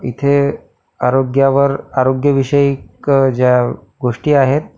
इथे आरोग्यावर आरोग्यविषयीक ज्या गोष्टी आहेत